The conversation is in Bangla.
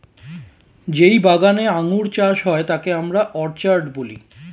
যেই বাগানে আঙ্গুর চাষ হয় তাকে আমরা অর্চার্ড বলি